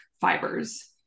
fibers